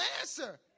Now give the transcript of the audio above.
answer